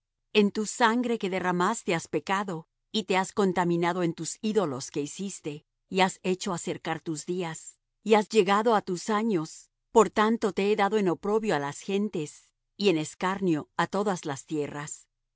en tu sangre que derramaste has pecado y te has contaminado en tus ídolos que hiciste y has hecho acercar tus días y has llegado á tus años por tanto te he dado en oprobio á las gentes y en escarnio á todas las tierras las que